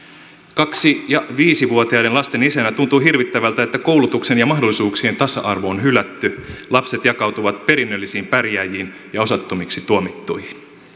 kaksi ja viisivuotiaiden lasten isänä tuntuu hirvittävältä että koulutuksen ja mahdollisuuksien tasa arvo on hylätty lapset jakautuvat perinnöllisiin pärjääjiin ja osattomiksi tuomittuihin